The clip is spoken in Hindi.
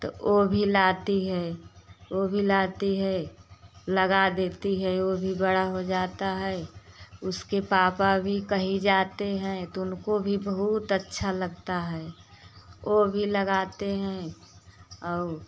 तो ओ भी लाती है ओ भी लाती है लगा देती है ओ भी बड़ा हो जाता है उसके पापा भी कही जाते हैं तो उनको भी बहुत अच्छा लगता है ओ भी लगाते हैं और